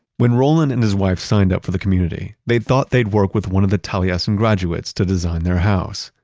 when roland and his wife signed up for the community, they thought they'd work with one of the taliesin graduates to design their house,